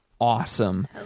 awesome